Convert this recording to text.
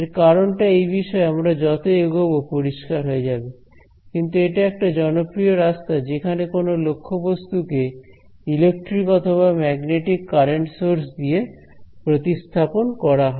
এর কারণটা এই বিষয়ে আমরা যত এগোবো পরিষ্কার হয়ে যাবে কিন্তু এটা একটা জনপ্রিয় রাস্তা যেখানে কোন লক্ষ্যবস্তুকে ইলেকট্রিক অথবা ম্যাগনেটিক কারেন্ট সোর্স দিয়ে প্রতিস্থাপন করা হয়